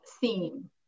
theme